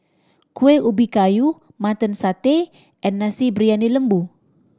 Kueh Ubi Kayu Mutton Satay and Nasi Briyani Lembu